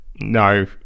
no